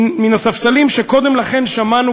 מן הספסלים שקודם לכן שמענו,